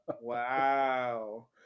Wow